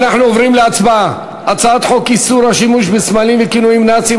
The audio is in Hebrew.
אנחנו עוברים להצבעה על הצעת חוק איסור השימוש בסמלים וכינויים נאציים,